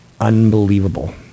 Unbelievable